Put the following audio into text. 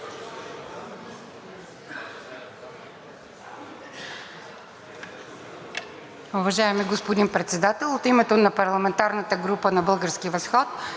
Уважаеми господин Председател, от името на парламентарната група на „Български възход“